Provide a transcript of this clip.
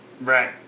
right